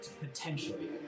potentially